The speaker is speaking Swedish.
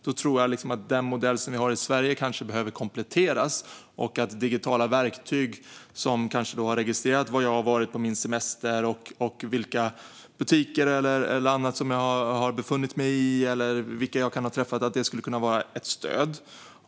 Då tror jag att den modell vi har i Sverige behöver kompletteras och att digitala verktyg - som kanske har registrerat var jag har varit på min semester, vilka butiker eller annat som jag har befunnit mig i och vilka jag kan ha träffat - skulle kunna vara ett stöd.